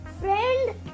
friend